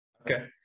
okay